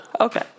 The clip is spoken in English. Okay